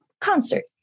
concert